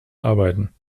arbeiten